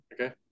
okay